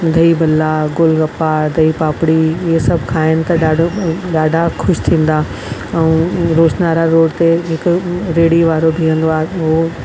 दही बल्ला गोलगप्पा दही पापड़ी इहे सभु खाइणु त ॾाढो ॾाढा ख़ुशि थींदा ऐं रोशनारा रोड ते हिकु रेड़ी वारो बीहंदो आहे ऐं